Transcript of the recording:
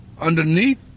underneath